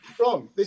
wrong